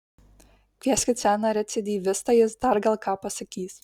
kvieskit seną recidyvistą jis dar gal ką pasakys